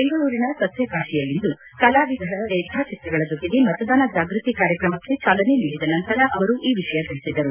ಬೆಂಗಳೂರಿನ ಸಸ್ಟಕಾಶಿಯಲ್ಲಿಂದು ಕಲಾವಿದರ ರೇಖಾ ಚಿತ್ರಗಳ ಜೊತೆಗೆ ಮತದಾನ ಜಾಗೃತಿಕ ಕಾರ್ಯಕ್ರಮಕ್ಕೆ ಚಾಲನೆ ನೀಡಿದ ನಂತರ ಅವರು ಈ ವಿಷಯ ತಿಳಿಸಿದರು